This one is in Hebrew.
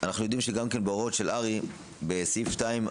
אנחנו יודעים שגם כן בהוראות של הר"י בסעיף 2,